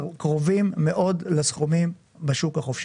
קרובים מאד לסכומים בשוק החופשי.